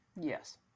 yes